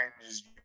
changes